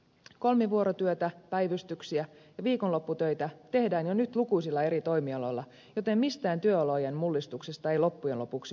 kolmivuorotyötä päivystyksiä ja viikonlopputöitä tehdään jo nyt lukuisilla eri toimialoilla joten mistään työolojen mullistuksista ei loppujen lopuksi ole kyse